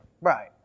Right